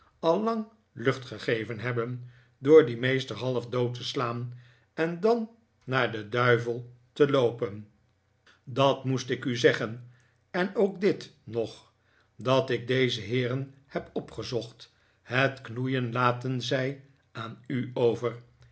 lang lucht gegeven hebben door dien meester half dood te slaan en dan naar den duivel te loopen dat moest ik u zeggen en ook dit nog dat ik deze heeren heb opgezocht het knoeien laten zij aan u over